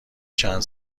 چند